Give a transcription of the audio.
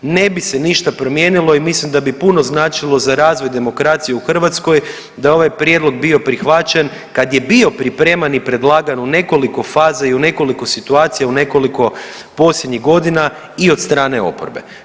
Ne bi se ništa promijenilo i mislim da bi puno značilo za razvoj demokracije u Hrvatskoj da je ovaj prijedlog bio prihvaćen kad je bio pripreman i predlagan u nekoliko faza i u nekoliko situacija u nekoliko posljednjih godina i od strane oporbe.